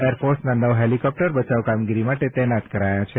એરફોર્સના નવ હેલિકોપ્ટર બચાવ કામગીરી માટે તૈનાત કરાયા છે